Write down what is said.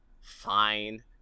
fine